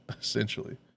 essentially